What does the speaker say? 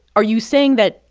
are you saying that,